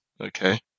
Okay